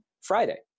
Friday